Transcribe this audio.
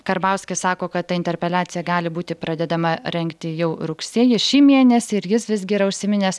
karbauskis sako kad ta interpeliacija gali būti pradedama rengti jau rugsėjį šį mėnesį ir jis visgi yra užsiminęs